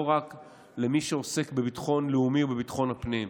לא רק למי שעוסק בביטחון לאומי ובביטחון הפנים: